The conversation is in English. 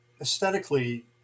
aesthetically